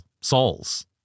souls